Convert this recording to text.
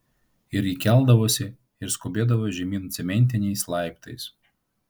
ir ji keldavosi ir skubėdavo žemyn cementiniais laiptais